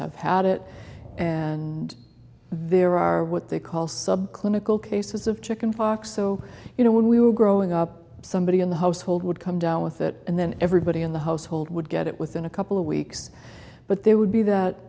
have had it and there are what they call sub clinical cases of chicken pox so you know when we were growing up somebody in the household would come down with it and then everybody in the household would get it within a couple of weeks but there would be that